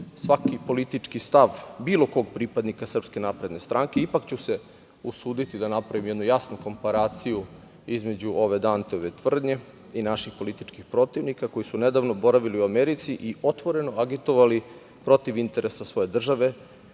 svaki politički stav bilo kog pripadnika SNS, ipak ću se usuditi da napravim jednu jasnu komparaciju između ove Danteove tvrdnje i naših političkih protivnika, koji su nedavno boravili u Americi i otvoreno agitovali protiv interesa svoje države,